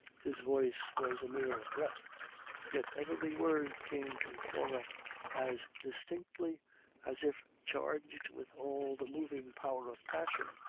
his voice was a mere breath yet every word came to flora as distinctly as if charged with all the moving power of passion.